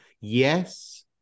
Yes